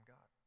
God